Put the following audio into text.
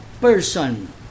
person